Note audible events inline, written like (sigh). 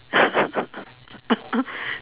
(laughs)